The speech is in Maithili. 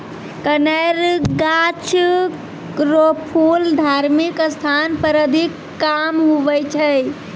कनेर गाछ रो फूल धार्मिक स्थान पर अधिक काम हुवै छै